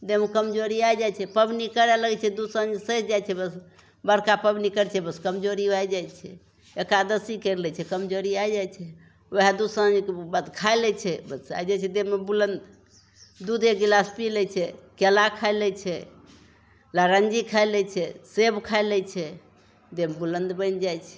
देहमे कमजोरी आइ जाइ छै पबनी करय लगय छै दू साँझ सहि जाइ छै बस बड़का पबनी करय छै बस कमजोरी आइ जाइ छै एकादशी करि लै छै कमजोरी आइ जाइ छै वएह दू साँझके बाद खाय लै छै बस आइ जाइ छै देहमे बुलन्दी दूधे एक गिलास पी लै छै केला खाय लै छै नारङ्गी खाय लै छै सेब खाय लै छै देह बुलन्द बनि जाइ छै